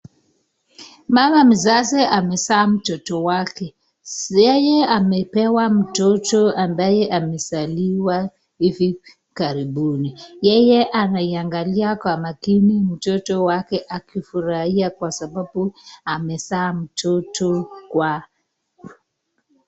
Mama mzazi amezaa mtoto wake, yeye ampepewa mtoto ambaye amezaliwa hivi karibuni, yeye anaiangalia kwa makini mtoto wake akifurahia kwa sababu amezaa mtoto wake.